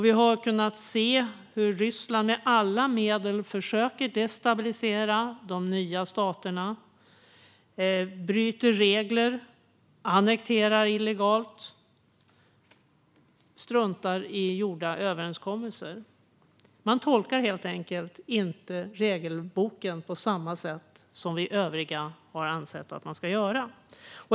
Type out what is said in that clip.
Vi har kunnat se hur Ryssland med alla medel försöker destabilisera de nya staterna, bryter mot regler, annekterar illegalt och struntar i gjorda överenskommelser. Man tolkar helt enkelt inte regelboken på samma sätt som vi övriga har ansett att man ska göra.